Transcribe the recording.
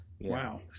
Wow